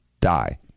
die